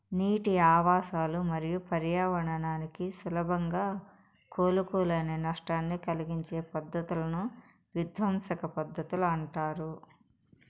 నీటి ఆవాసాలు మరియు పర్యావరణానికి సులభంగా కోలుకోలేని నష్టాన్ని కలిగించే పద్ధతులను విధ్వంసక పద్ధతులు అంటారు